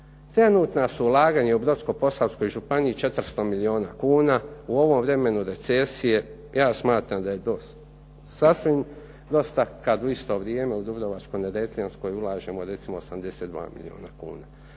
trenutna su ulaganja u Brodsko-posavskoj županiji 400 milijuna kuna. U ovom vremenu recesije ja smatram da je to sasvim dosta kad u isto vrijeme u Dubrovačko-neretljanskoj ulažemo recimo 82 milijuna kuna.